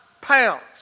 pounds